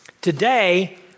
Today